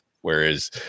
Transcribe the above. whereas